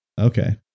Okay